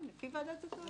זו ועדת הזכאות.